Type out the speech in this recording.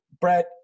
Brett